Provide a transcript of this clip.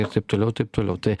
ir taip toliau taip toliau tai